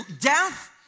death